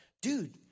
dude